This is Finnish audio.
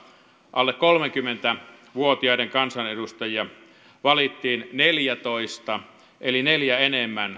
alle kolmekymmentä vuotiaita kansanedustajia valittiin neljätoista eli neljä enemmän